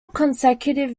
consecutive